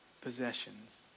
possessions